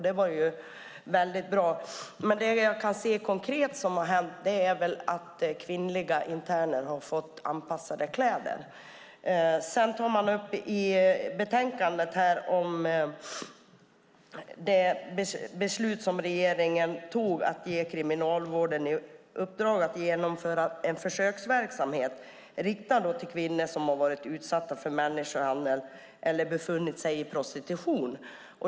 Det var väldigt bra, men vad jag kan se är det konkreta som hänt att kvinnliga interner fått anpassade kläder. I betänkandet tas upp det beslut som regeringen fattade om att ge Kriminalvården i uppdrag att genomföra en försöksverksamhet riktad till kvinnor som varit utsatta för människohandel eller befunnit sig i prostitution.